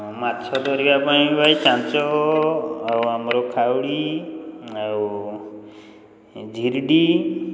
ମାଛ ଧରିବା ପାଇଁ ଭାଇ ଚାଞ୍ଚ ଆଉ ଆମର ଖାଉଡ଼ି ଆଉ ଜିରିଡ଼ି